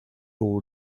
ball